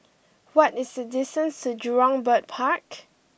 what is the distance to Jurong Bird Park